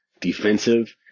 defensive